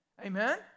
Amen